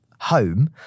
home